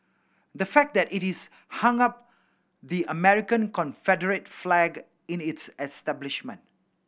the fact that it is hung up the American Confederate flag in its establishment